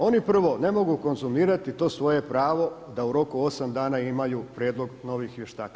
Oni prvo ne mogu konzumirati to svoje pravo da u roku 8 dana imaju prijedlog novih vještaka.